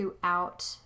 throughout